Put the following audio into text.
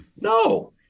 No